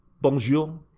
bonjour